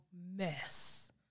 mess